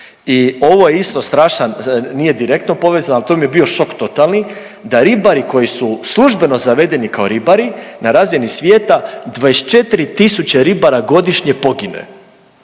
I ovo je isto strašan, nije direktno povezano, al to mi je bio šok totalni da ribari koji su službeno zavedeni kao ribari na razini svijeta 24 tisuće ribara godišnje pogine,